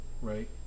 right